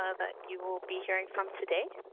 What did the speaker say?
ah but you will be hearing from today.